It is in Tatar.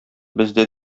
бездә